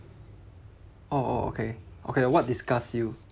oh oh okay okay uh what disgust you